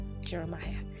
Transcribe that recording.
Jeremiah